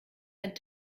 ein